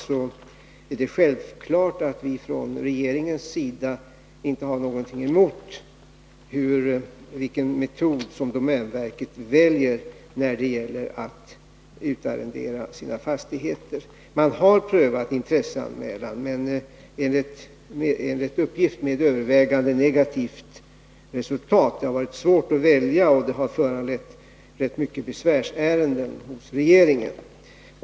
Det är självklart att regeringen inte bryr sig om vilken metod domänverket väljer när det gäller att utarrendera sina fastigheter. Man har prövat intresseanmälan, enligt uppgift med övervägande negativt resultat. Det har varit svårt att välja, och det har föranlett ganska många besvärsärenden hos regeringen.